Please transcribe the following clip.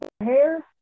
Hair